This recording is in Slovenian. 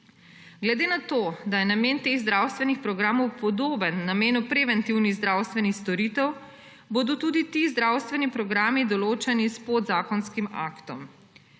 Glede na to, da je namen teh zdravstvenih programov podoben namenu preventivnih zdravstvenih storitev, bodo tudi ti zdravstveni programi določeni s podzakonskim aktom.